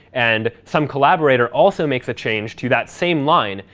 and some collaborator also makes a change to that same line,